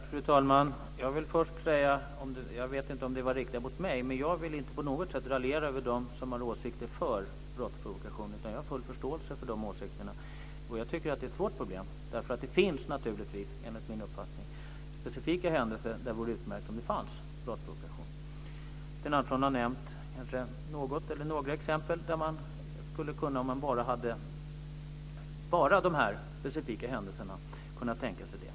Fru talman! Jag vet inte om det var riktat mot mig, men jag vill säga att jag inte på något sätt raljerar över dem som är för brottsprovokation. Jag har full förståelse för de åsikterna. Jag tycker att detta är ett svårt problem, därför att det naturligtvis, enligt min uppfattning, finns specifika händelser där det vore utmärkt om brottsprovokation var tillåten. Sten Andersson har nämnt några exempel där man skulle kunna tänka sig det, om man bara hade de specifika händelserna.